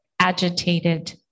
agitated